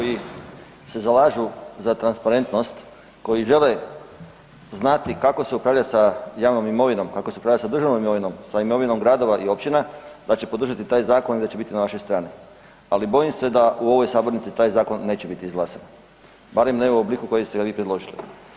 Mislim da svi oni koji se zalažu za transparentnost koji žele znati kako se upravlja sa javnom imovinom, kako se upravlja sa državnom imovinom, sa imovina gradova i općina da će podržati taj zakon i da će biti na vašoj strani, ali bojim se da u ovoj sabornici taj zakon neće biti izglasan, barem ne u obliku u kojem ste ga vi predložili.